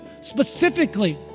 specifically